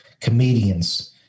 comedians